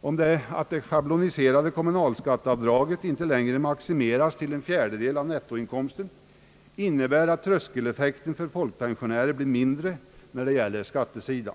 nämligen att det schabloniserade kommunalskatteavdraget inte längre maximeras till en fjärdedel av inkomsten, innebär, att tröskeleffekten för folkpensionärer blir mindre när det gäller skattesidan.